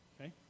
Okay